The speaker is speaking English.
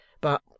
But